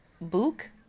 book